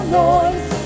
noise